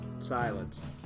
silence